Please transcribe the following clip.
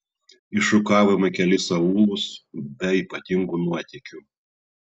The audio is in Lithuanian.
iššukavome kelis aūlus be ypatingų nuotykių